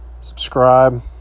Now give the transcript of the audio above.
subscribe